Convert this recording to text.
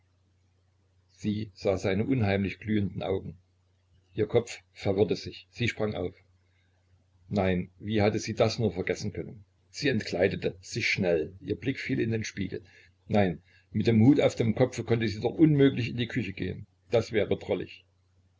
sie sah seine unheimlich glühenden augen ihr kopf verwirrte sich sie sprang auf nein wie sie das nur hatte vergessen können sie entkleidete sich schnell ihr blick fiel in den spiegel nein mit dem hut auf dem kopfe konnte sie doch unmöglich in die küche gehen das wäre